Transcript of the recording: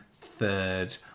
third